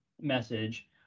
message